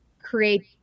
create